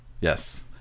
yes